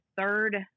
third